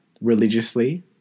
religiously